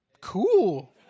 Cool